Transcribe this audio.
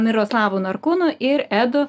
miroslavu narkūnu ir edu